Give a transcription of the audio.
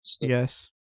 yes